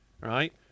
right